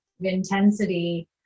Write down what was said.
intensity